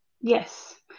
Yes